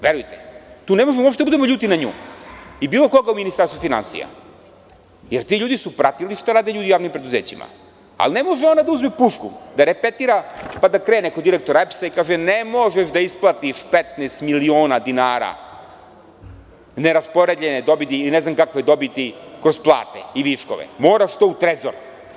Verujte, tu ne možemo uopšte da budemo ljuti na nju i bilo koga u Ministarstvu finansija jer ti ljudi su pratili šta rade ljudi u javnim preduzećima, ali ne može ona da uzme pušku, da repetira pa da krene kod direktora EPS i kaže – ne možeš da isplatiš 15 miliona dinara neraspodeljene dobiti i ne znam kakve dobiti kroz plate i viškove, moraš to u trezor.